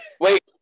Wait